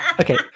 Okay